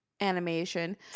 animation